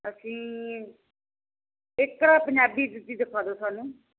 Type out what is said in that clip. ਅਸੀਂ ਇੱਕ ਵਾਰ ਪੰਜਾਬੀ ਜੁੱਤੀ ਦਿਖਾ ਦਿਓ ਸਾਨੂੰ